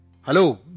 hello